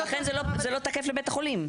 לכן זה לא תקף לבית החולים.